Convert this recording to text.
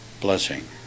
blessing